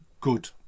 good